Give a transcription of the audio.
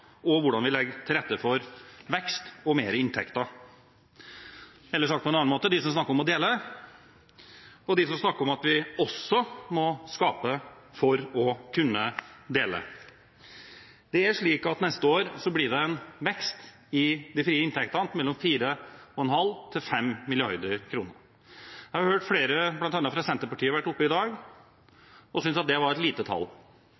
om hvordan vi legger til rette for vekst og mer inntekter, eller sagt på en annen måte: De som snakker om å dele, og de som snakker om at vi også må skape for å kunne dele. Det er slik at neste år blir det en vekst i de frie inntektene på 4,5–5 mrd. kr. Jeg har hørt flere, bl.a. fra Senterpartiet, som har vært oppe i dag, og som synes det var et lite tall